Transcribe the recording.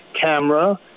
camera